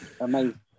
Amazing